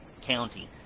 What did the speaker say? County